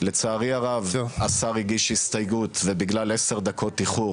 לצערי הרב השר הגיש הסתייגות ובגלל 10 דקות איחור